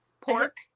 pork